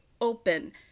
open